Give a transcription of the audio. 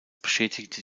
beschädigte